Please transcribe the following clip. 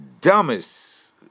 dumbest